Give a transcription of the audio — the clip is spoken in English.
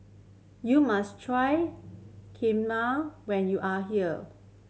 you must try Kheema when you are here